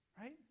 Right